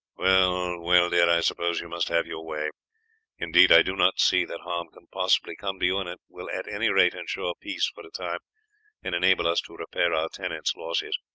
well, well, dear, i suppose you must have your way indeed i do not see that harm can possibly come to you, and it will at any rate ensure peace for a time and enable us to repair our tenants' losses.